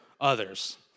others